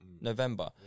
November